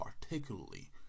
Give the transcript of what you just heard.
particularly